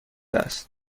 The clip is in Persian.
است